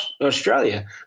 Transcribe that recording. Australia